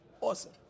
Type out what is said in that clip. awesome